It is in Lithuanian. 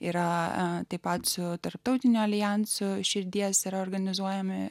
yra taip pat su tarptautinio aljanso širdies yra organizuojami